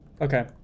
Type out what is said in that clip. okay